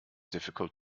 difficult